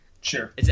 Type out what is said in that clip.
Sure